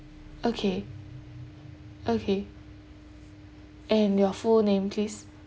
okay okay and your full name please